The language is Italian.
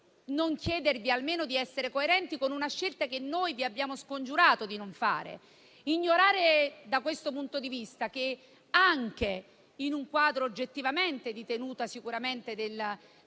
non chiedervi almeno di essere coerenti con una scelta che noi vi abbiamo scongiurato di non fare: ignorare, da questo punto di vista, che anche in un quadro di oggettiva tenuta del risultato elettorale